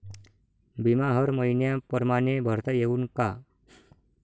बिमा हर मइन्या परमाने भरता येऊन का?